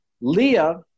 Leah